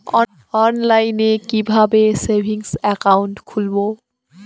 অনলাইনে কিভাবে savings account খুলবো?